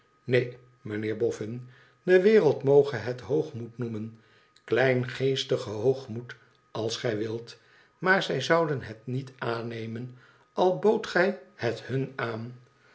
neen mijnheer bofhn de wereld moge het hoogmoed noemen kleingeestige hoogmoed als gij wilt maar zij zouden het niet aannemen al boodt gij het hun aan